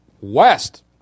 west